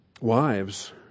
Wives